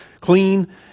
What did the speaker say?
clean